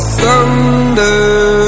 thunder